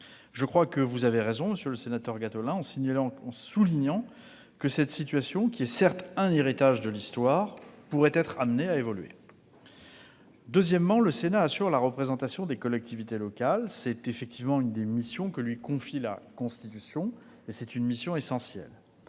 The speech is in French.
Je crois que vous avez raison, monsieur le sénateur Gattolin, en soulignant que cette situation, qui est certes un héritage de l'histoire, pourrait être amenée à évoluer. Deuxièmement, le Sénat assure la représentation des collectivités locales. C'est effectivement l'une des missions que lui confie la Constitution, et elle est essentielle.